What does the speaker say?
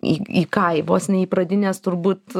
į į ką į vos ne į pradines turbūt